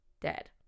dead